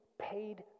paid